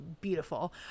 beautiful